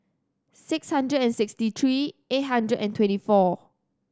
six hundred and sixty three eight hundred and twenty four